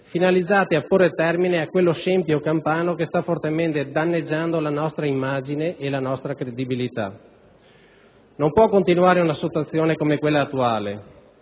finalizzato a porre termine a quello scempio campano che sta fortemente danneggiando la nostra immagine e la nostra credibilità. Non può continuare una situazione come quella attuale